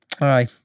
Aye